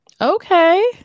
Okay